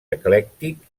eclèctic